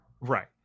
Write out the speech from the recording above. Right